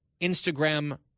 Instagram